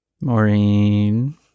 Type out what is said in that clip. Maureen